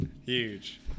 Huge